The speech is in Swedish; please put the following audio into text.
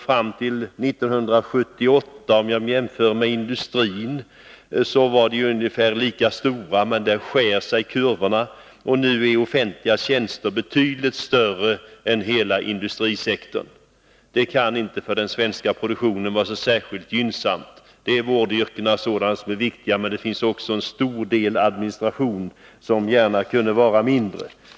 Fram till 1978 var den ungefär lika stor som industrin. Men där skär sig kurvorna, och nu är omfattningen av offentliga tjänster betydligt större än hela industrisektorn. Det kan inte vara så särskilt gynnsamt för den svenska produktionen. Här finns vårdyrkena och annat som är viktigt, men det finns också en stor del administration, som gärna kunde vara mindre.